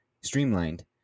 streamlined